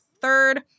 third